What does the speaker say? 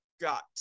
got